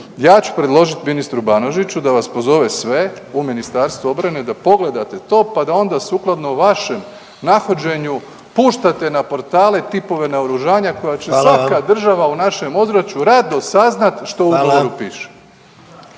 Ja ću predložiti ministru Banožiću da vas pozove sve u Ministarstvo obrane da pogledate to pa da onda sukladno vašem nahođenju puštate na portale tipove naoružanja koja će svaka …/Upadica predsjednik: Hvala vam./… država u našem ozračju rado saznat što u ugovoru piše.